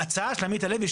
ההצעה של עמית הלוי,